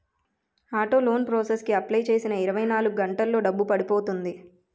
auto loan process కి apply చేసిన ఇరవై నాలుగు గంటల్లో డబ్బు పడిపోతుంది